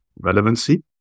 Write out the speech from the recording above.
relevancy